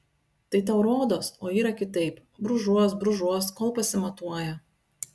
tai tau rodos o yra kitaip brūžuos brūžuos kol pasimatuoja